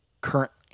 currently